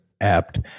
apt